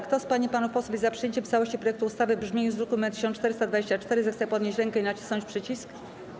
Kto z pań i panów posłów jest za przyjęciem w całości projektu ustawy w brzmieniu z druku nr 1424, zechce podnieść rękę i nacisnąć przycisk.